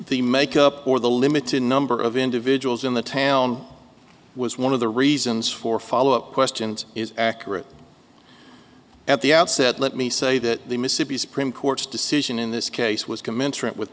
the make up or the limited number of individuals in the town was one of the reasons for followup questions is accurate at the outset let me say that the mississippi supreme court's decision in this case was commensurate with